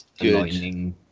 aligning